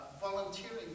volunteering